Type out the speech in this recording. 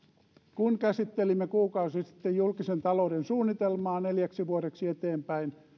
kun käsittelimme kuukausi sitten julkisen talouden suunnitelmaa neljäksi vuodeksi eteenpäin